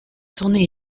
tournée